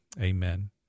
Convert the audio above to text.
Amen